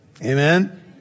Amen